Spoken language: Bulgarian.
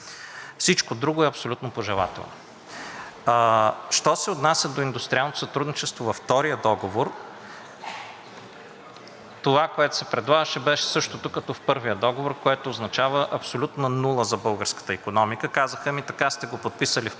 Всичко друго е абсолютно пожелателно. Що се отнася до индустриалното сътрудничество във втория договор, това, което се предлагаше, беше същото като в първия договор, което означава абсолютна нула за българската икономика. Казаха ми: така сте го подписали в